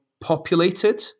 populated